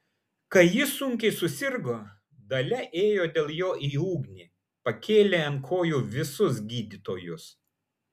kai jis sunkiai susirgo dalia ėjo dėl jo į ugnį pakėlė ant kojų visus gydytojus